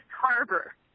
Harbor